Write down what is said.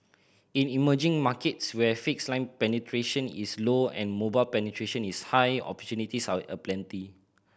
in emerging markets where fixed line penetration is low and mobile penetration is high opportunities are aplenty